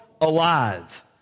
alive